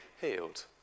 healed